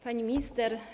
Pani Minister!